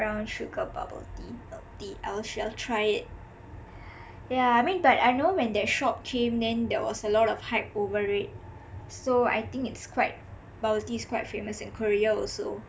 brown sugar bubble tea milk tea I shall try it yah I mean but I know when that shop came then there was a lot of hype over it so I think it's quite bubble tea is quite famous in korea also